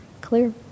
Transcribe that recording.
clear